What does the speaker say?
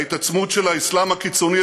ההתעצמות של האסלאם הקיצוני,